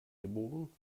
geboren